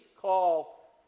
call